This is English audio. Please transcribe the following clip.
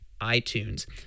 iTunes